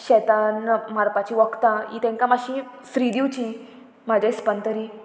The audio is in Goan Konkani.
शेतान मारपाची वखदां ही तांकां मातशी फ्री दिवची म्हाज्या हिसपान तरी